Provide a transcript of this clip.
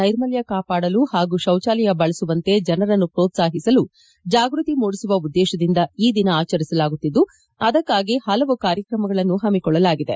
ನೈರ್ಮಲ್ಯ ಕಾಪಾಡಲು ಹಾಗೂ ಶೌಚಾಲಯ ಬಳಸುವಂತೆ ಜನರನ್ನು ಪ್ರೋತ್ಸಾಹಿಸಲು ಜಾಗೃತಿ ಮೂಡಿಸುವ ಉದ್ದೇಶದಿಂದ ಈ ದಿನವನ್ನು ಆಚರಿಸಲಾಗುತ್ತಿದ್ದು ಅದಕ್ಕಾಗಿ ಹಲವು ಕಾರ್ಯಕ್ರಮಗಳನ್ನು ಹಮ್ಮಿಕೊಳ್ಳಲಾಗಿದೆ